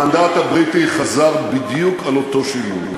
המנדט הבריטי השתמש בדיוק באותם מונחים.